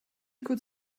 could